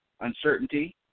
Uncertainty